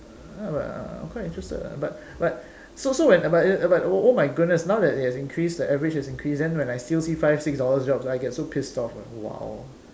uh quite interested ah but but so so when the but but oh my goodness now that it has increased the average has increased and when I still see five six dollars jobs I get so pissed off ah !wow!